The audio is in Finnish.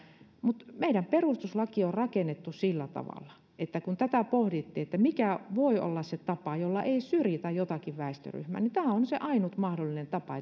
mutta meidän perustuslakimme on rakennettu sillä tavalla että kun pohdittiin mikä voi olla se tapa jolla ei syrjitä jotakin väestöryhmää niin tämä on se ainut mahdollinen tapa